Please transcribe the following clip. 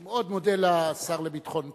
אני מאוד מודה לשר לביטחון פנים,